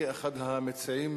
כאחד המציעים,